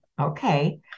okay